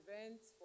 events